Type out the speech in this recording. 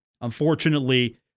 Unfortunately